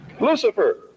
Lucifer